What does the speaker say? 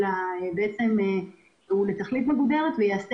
אלא הוא מיועד לתכלית מגודרת והוא ייעשה